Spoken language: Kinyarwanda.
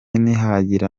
ntihagira